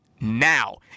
now